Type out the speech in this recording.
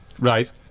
Right